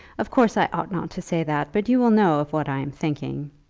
of course i ought not to say that, but you will know of what i am thinking.